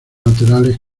laterales